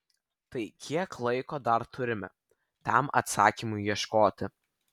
tai kiek laiko dar turime tam atsakymui ieškoti